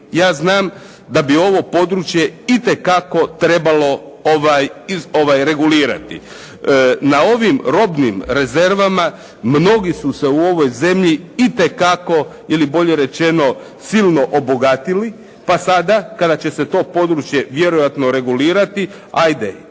ja znam da bi ovo područje itekako trebalo regulirati. Na ovim robnim rezervama mnogi su se u ovoj zemlji itekako, ili bolje rečeno silno obogatili pa sada kada će se to područje vjerojatno regulirati, hajde